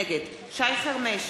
נגד שי חרמש,